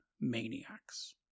Maniacs